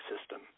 system